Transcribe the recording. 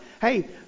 Hey